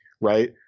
right